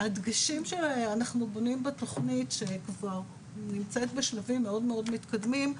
הדגשים שאנחנו בונים בתוכנית שכבר נמצאת בשלבים מאוד מתקדמים,